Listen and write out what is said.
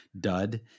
dud